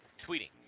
tweeting